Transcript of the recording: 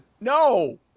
No